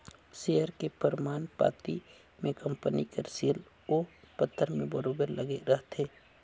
share के परमान पाती में कंपनी कर सील ओ पतर में बरोबेर लगे रहथे